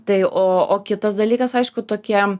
tai o o kitas dalykas aišku tokiem